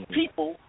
people